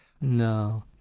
No